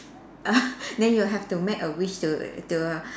then you have to make a wish to to